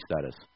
status